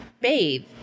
bathe